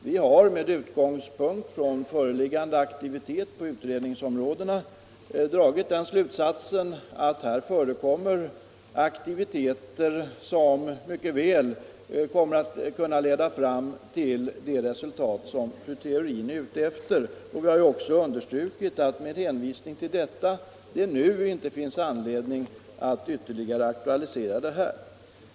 Vi har med utgångspunkt i föreliggande aktivitet på utredningsområdena dragit slutsatsen att här förekommer aktiviteter som mycket väl kan leda fram till det resultat som fru Theorin är ute efter. Vi har också understrukit att det med hänvisning till detta nu inte finns anledning att ytterligare aktualisera det här.